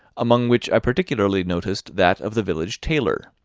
among which i particularly noticed that of the village tailor,